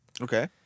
Okay